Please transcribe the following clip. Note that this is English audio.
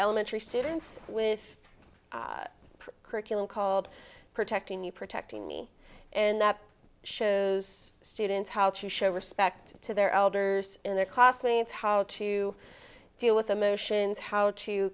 elementary students with a curriculum called protecting you protecting me and that shows students how to show respect to their elders in their costly and how to deal with emotions how to